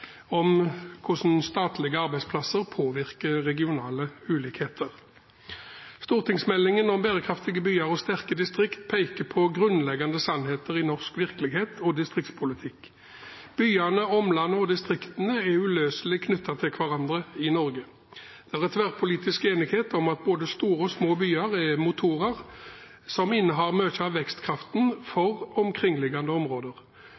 om hvordan statlige arbeidsplasser påvirker regionale ulikheter. Meld. St. 18 for 2016–2017, Berekraftige byar og sterke distrikt, peker på grunnleggende sannheter i norsk virkelighet og distriktspolitikk. Byene, omlandet og distriktene er uløselig knyttet til hverandre i Norge. Det er tverrpolitisk enighet om at både store og små byer er motorer som innehar mye av vekstkraften for omkringliggende områder.